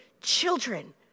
children